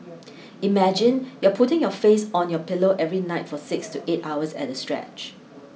imagine you're putting your face on your pillow every night for six to eight hours at a stretch